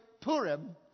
Purim